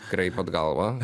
kraipot galvą